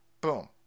boom